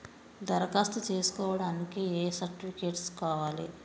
దరఖాస్తు చేస్కోవడానికి ఏ సర్టిఫికేట్స్ కావాలి?